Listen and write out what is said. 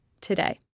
today